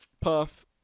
puff